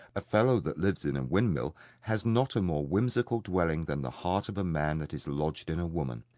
a fellow that lives in a windmill has not a more whimsical dwelling than the heart of a man that is lodged in a woman.